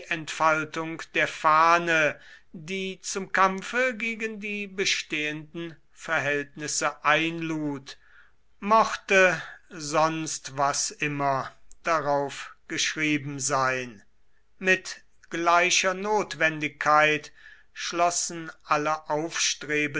entfaltung der fahne die zum kampfe gegen die bestehenden verhältnisse einlud mochte sonst was immer darauf geschrieben sein mit gleicher notwendigkeit schlossen alle aufstrebenden